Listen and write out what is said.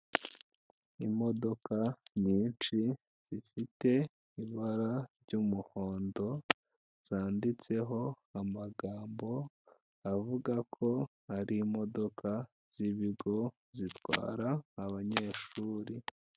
Imodoka nyinshi, zifite ibara ry'umuhondo, zanditseho amagambo avuga ko ari imodoka z'ibigo zitwara abanyeshuri.